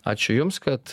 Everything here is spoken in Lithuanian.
ačiū jums kad